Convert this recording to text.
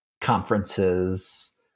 conferences